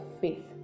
faith